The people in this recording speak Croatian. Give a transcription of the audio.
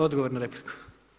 Odgovor na repliku.